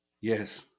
yes